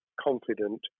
confident